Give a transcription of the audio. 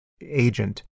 agent